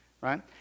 right